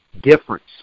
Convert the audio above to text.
difference